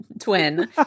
twin